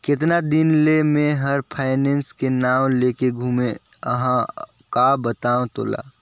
केतना दिन ले मे हर फायनेस के नाव लेके घूमें अहाँ का बतावं तोला